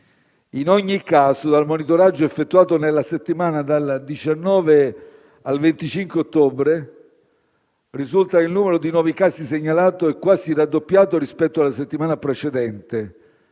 In ogni caso, dal monitoraggio effettuato nella settimana dal 19 al 25 ottobre, risulta che il numero di nuovi casi segnalati è quasi raddoppiato rispetto alla settimana precedente,